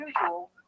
unusual